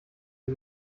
die